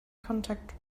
contact